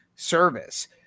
service